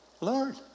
Lord